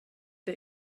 der